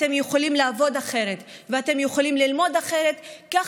אתם יכולים לעבוד אחרת ואתם יכולים ללמוד אחרת כך